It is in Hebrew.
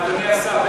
אדוני השר,